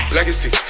Legacy